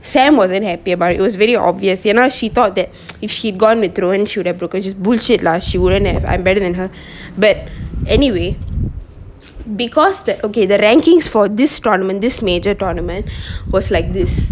sam wasn't happy about it it was very obvious you know she thought that if she'd gone with rowen she would have broken which is bullshit lah she wouldn't if I'm better than her but anyway because that okay the rankings for this tournament this major tournament was like this